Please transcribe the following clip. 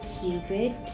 Cupid